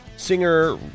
Singer